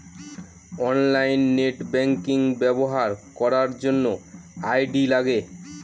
online net banking ব্যবহার করার জন্য আই.ডি লাগে